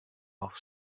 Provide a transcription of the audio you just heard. off